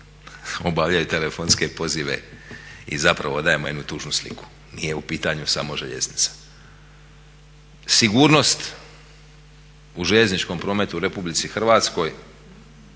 obavljaju telefonske pozive i zapravo dajem jednu tužnu sliku. Nije u pitanju samo željeznica. Sigurnost u željezničkom prometu u RH govorilo